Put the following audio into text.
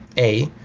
a,